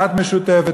דת משותפת,